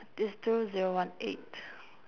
this two zero one eight